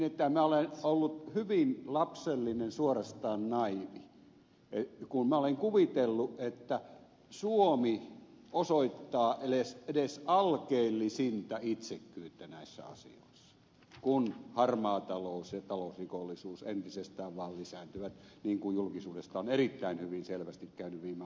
nimittäin minä olen ollut hyvin lapsellinen suorastaan naiivi kun minä olen kuvitellut että suomi osoittaa edes alkeellisinta itsekkyyttä näissä asioissa kun harmaa talous ja talousrikollisuus entisestään vain lisääntyvät niin kuin julkisuudesta on erittäin selvästi käynyt ilmi viime aikoina